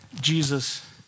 Jesus